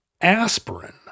aspirin